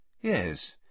Yes